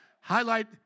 Highlight